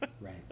Right